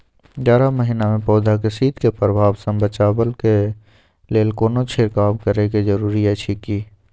जारा महिना मे पौधा के शीत के प्रभाव सॅ बचाबय के लेल कोनो छिरकाव करय के जरूरी अछि की?